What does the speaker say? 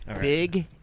Big